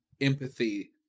empathy